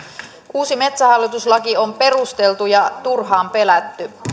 uusi metsähallitus laki on perusteltu ja turhaan pelätty